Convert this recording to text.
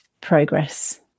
progress